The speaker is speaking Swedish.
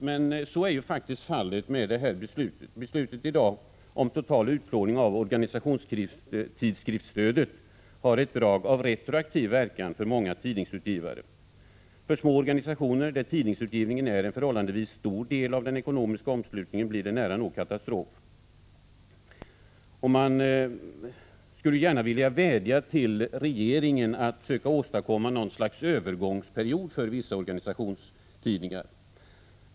Men så är faktiskt fallet med detta beslut. Dagens beslut, om total utplåning av organisationstidskriftsstödet, har ett drag av retroaktiv verkan för många tidningsutgivare. För små organisationer, där tidningsutgivningen är en förhållandevis stor del av den ekonomiska omslutningen, blir det nära nog katastrof. Man skulle gärna vilja vädja till regeringen att söka åstadkomma något slags övergångsperiod för vissa organisationstidningar.